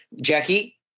Jackie